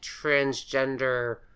transgender